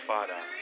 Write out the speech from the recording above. Father